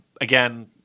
again